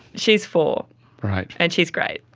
she is four, and she's great.